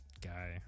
guy